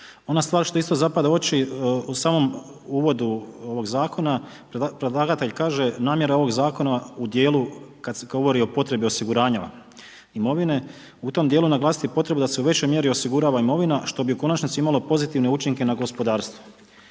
Ono stvar što isto zapada u oči u samom uvodu ovog Zakona, predlagatelj kaže, namjera ovog Zakona u dijelu kad se govori o potrebi osiguranja imovine, u tom dijelu naglasiti potrebu da se u većoj mjeri osigurava imovina, što bi u konačnici imalo pozitivne učinke na gospodarstvo.